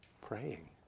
praying